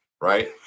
right